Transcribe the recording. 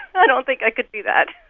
i don't think i could do that